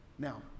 Now